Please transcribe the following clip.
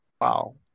Wow